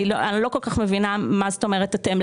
אני לא כל כך מבינה מה זאת אומרת אתם,